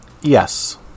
Yes